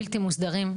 בלתי מוסדרים.